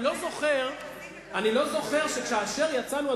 אני לא זוכר שכאשר יצאנו,